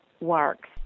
works